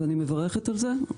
ואני מברכת על זה.